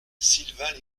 sylvains